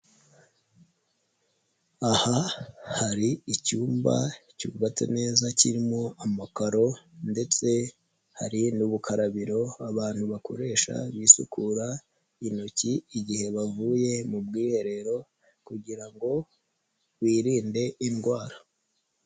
Aha hari icyumba cyubatse neza kirimo amakaro ndetse hari n'ubukarabiro abantu bakoresha bisukura intoki igihe bavuye mu bwiherero kugira ngo birinde indwara.